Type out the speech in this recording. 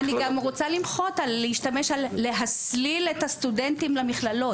אני גם רוצה למחות על השימוש ב: "להסליל את הסטודנטים למכללות".